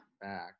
Back